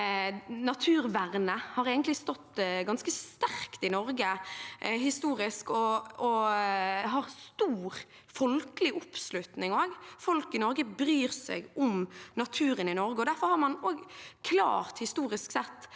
Naturvernet har historisk stått ganske sterkt i Norge og har stor folkelig oppslutning. Folk i Norge bryr seg om naturen i Norge, og derfor har man historisk sett